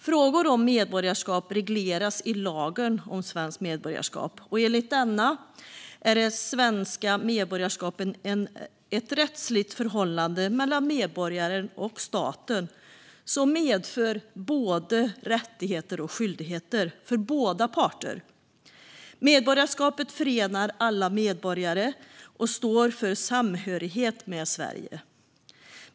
Frågor om medborgarskap regleras i lagen om svenskt medborgarskap, och enligt den är det svenska medborgarskapet ett rättsligt förhållande mellan medborgaren och staten som medför både rättigheter och skyldigheter för båda parter. Medborgarskapet förenar alla medborgare och står för samhörighet med Sverige.